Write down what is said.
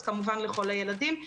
אז כמובן לכל הילדים.